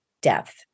death